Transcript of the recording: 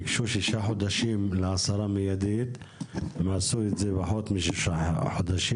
הם ביקשו שישה חודשים להסרה מיידית והם עשו את זה בפחות משישה חודשים.